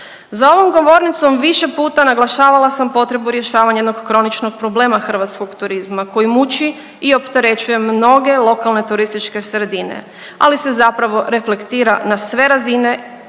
Za ovom govornicom više puta naglašavala sam potrebu rješavanja jednog kroničnog problema hrvatskog turizma koji muči i opterećuje mnoge lokalne turističke sredine, ali se zapravo reflektira na sve razine